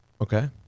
okay